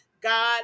god